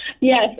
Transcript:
Yes